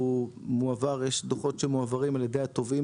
יש דוחות שמועברים על ידי התובעים